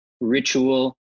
ritual